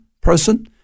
person